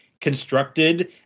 constructed